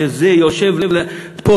שזה יושב פה,